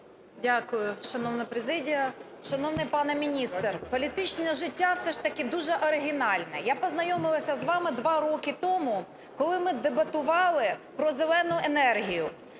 Дякую, шановна президія. Шановний пане міністр, політичне життя все ж таки дуже оригінальне. Я познайомилася з вами два роки тому, коли ми дебатували про "зелену" енергію.